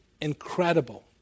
incredible